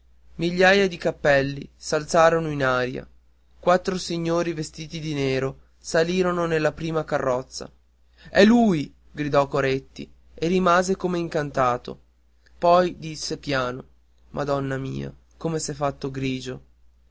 migliaia di cappelli s'alzarono in aria quattro signori vestiti di nero salirono nella prima carrozza è lui gridò coretti e rimase come incantato poi disse piano madonna mia come s'è fatto grigio